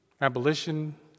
abolition